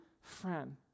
friend